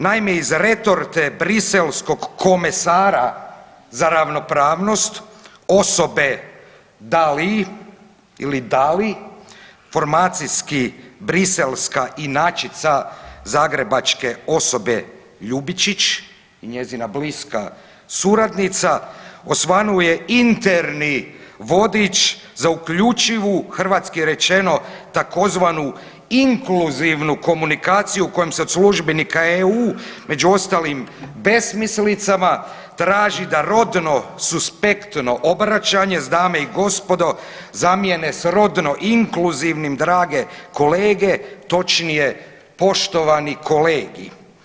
Naime, iz retorte briselskog komesara za ravnopravnost osobe Dalii ili Dali formacijski briselska inačica zagrebačke osobe Ljubičić i njezina bliska suradnica osvanuo je interni vodič za uključivu hrvatski rečeno tzv. inkluzivnu komunikaciju u kojem se od službenika EU među ostalim besmislicama traži da rodno suspektno obraćanje s dame i gospodo zamijene s rodno inkluzivnim drage kolege točnije poštovani kolegij.